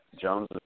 Jones